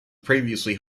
previously